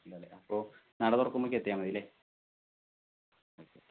ഇല്ല അല്ലേ അപ്പോൾ നട തുറക്കുമ്പോഴേക്ക് എത്തിയാൽ മതി അല്ലേ ഓക്കെ ഓക്കെ